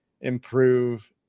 improve